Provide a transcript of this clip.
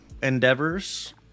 endeavors